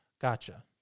gotcha